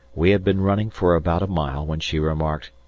we had been running for about a mile when she remarked,